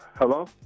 Hello